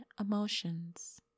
emotions